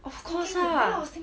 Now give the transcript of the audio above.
of course lah